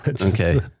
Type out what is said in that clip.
Okay